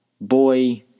Boy